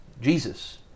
Jesus